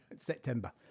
September